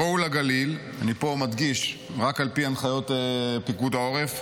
"בואו לגליל" אני פה מדגיש: רק על פי הנחיות פיקוד העורף.